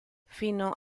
fino